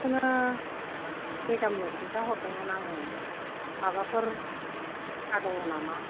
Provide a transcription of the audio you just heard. बेखौनो मेडाम नो खिन्थाहरदोंमोन आङो माबाफोर राहा दङ नामा